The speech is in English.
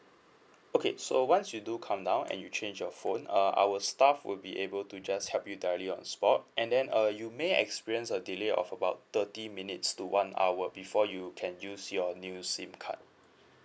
okay so once you do come down and you change your phone uh our staff would be able to just help you directly on spot and then uh you may experience a delay of about thirty minutes to one hour before you can use your new SIM card